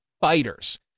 fighters